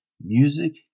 Music